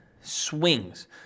swings